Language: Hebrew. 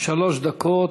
שלוש דקות.